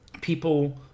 people